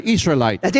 Israelite 。